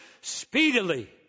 speedily